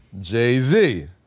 Jay-Z